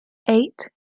eight